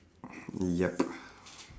yup